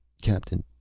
captain,